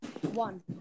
one